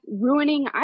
ruining